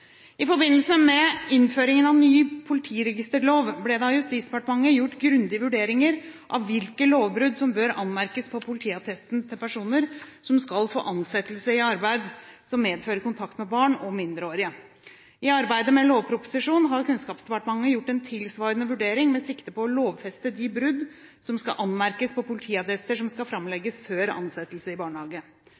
I forbindelse med innføringen av ny politiregisterlov ble det av Justisdepartementet gjort grundige vurderinger av hvilke lovbrudd som bør anmerkes på politiattesten til personer som skal få ansettelse i arbeid som medfører kontakt med barn og mindreårige. I arbeidet med lovproposisjonen har Kunnskapsdepartementet gjort en tilsvarende vurdering med sikte på å lovfeste de brudd som skal anmerkes på politiattester som skal framsettes før ansettelse i barnehage.